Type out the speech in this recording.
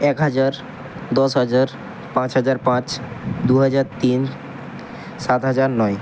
এক হাজার দশ হাজার পাঁচ হাজার পাঁচ দু হাজার তিন সাত হাজার নয়